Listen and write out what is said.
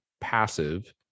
passive